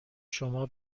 شما